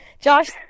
Josh